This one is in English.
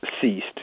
ceased